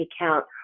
account